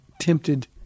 tempted